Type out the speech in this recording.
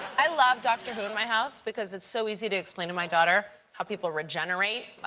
i love doctor who in my house, because it's so easy to explain to my daughter how people regenerate.